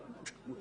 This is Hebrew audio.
יש